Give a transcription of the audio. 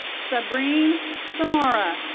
sabreen samarah.